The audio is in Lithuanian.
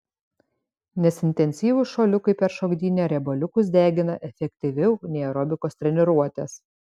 nes intensyvūs šuoliukai per šokdynę riebaliukus degina efektyviau nei aerobikos treniruotės